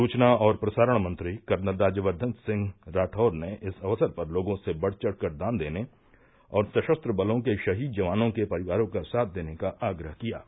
सूचना और प्रसारण मंत्री कर्नल राज्यक्धन सिंह राठौर ने इस अक्सर पर लोगों से बढ़ चढ़कर दान देने और सशस्त्र बलों के शहीद जवानों के परिवारों का साथ देने का आग्रह किया है